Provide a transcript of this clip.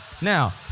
Now